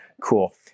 cool